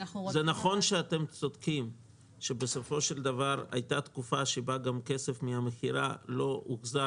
אתם צודקים שבסופו של דבר הייתה תקופה שבה כסף מן המכירה לא הוחזר